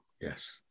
Yes